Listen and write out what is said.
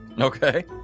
Okay